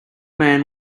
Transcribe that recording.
man